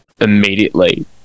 immediately